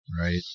Right